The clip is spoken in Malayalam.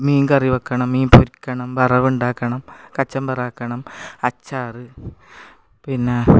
മീൻ കറി വെക്കണം മീൻ പൊരിക്കണം വറവുണ്ടാക്കണം കച്ചംമ്പറാക്കണം അച്ചാർ പിന്നെ